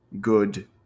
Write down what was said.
good